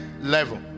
level